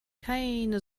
keine